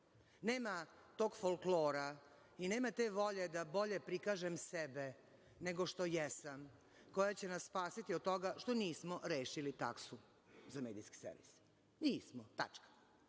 tog folklora i nema te volje da bolje prikažem sebe nego što jesam koja će nas spasiti od toga što nismo rešili taksu za medijski servis. Nismo. Tačka.